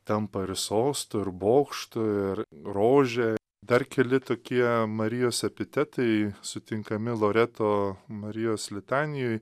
tampa ir sostu ir bokštu ir rože dar keli tokie marijos epitetai sutinkami loreto marijos litanijoj